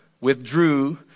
withdrew